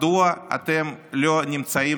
מדוע אתם לא נמצאים,